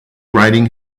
riding